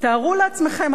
תארו לעצמכם עכשיו